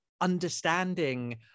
understanding